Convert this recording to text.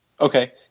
Okay